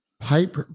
Pipe